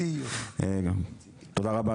תודה רבה,